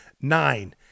nine